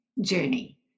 journey